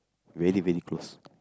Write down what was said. really really close